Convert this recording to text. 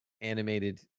animated